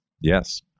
Yes